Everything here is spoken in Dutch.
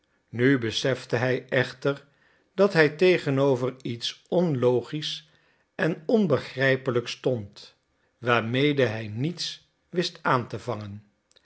nu besefte hij echter dat hij tegenover iets onlogisch en onbegrijpelijks stond waarmede hij niets wist aan te vangen